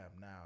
now